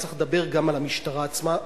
צריך לדבר גם על המשטרה עצמה,